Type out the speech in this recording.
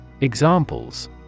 Examples